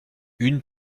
une